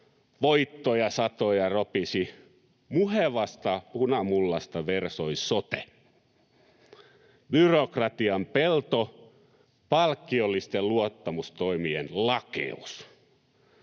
Voittoja, satoja, ropisi, ja muhevasta punamullasta versoi sote — byrokratian pelto ja palkkiollisten luottamustoimien lakeus.